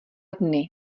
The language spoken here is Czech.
dny